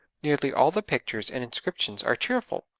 nearly all the pictures and inscriptions are cheerful!